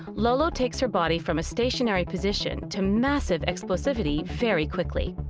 lolo takes her body from a stationery position to massive explosivity very quickly.